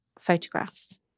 photographs